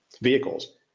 vehicles